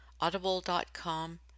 Audible.com